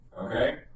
Okay